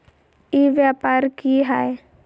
ई व्यापार की हाय?